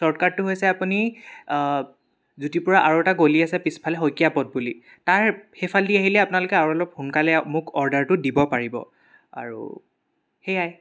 শ্ৱৰ্টকাটটো হৈছে আপুনি জ্যোতিপুৰৰ আৰু এটা গলি আছে পিছফালে শইকীয়া পথ বুলি তাৰ সেইফালেদি আহিলে আপোনালোকে আৰু অলপ সোনকালে মোক অৰ্ডাৰটো দিব পাৰিব আৰু সেয়াই